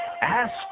Ask